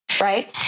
right